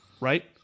right